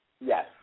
Yes